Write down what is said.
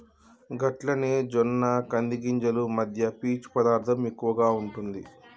గట్లనే జొన్న కంది గింజలు మధ్య పీచు పదార్థం ఎక్కువగా ఉంటుంది